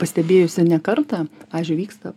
pastebėjusi ne kartą pavyzdžiui vyksta